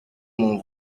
mon